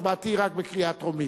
הצבעתי היא רק בקריאה טרומית,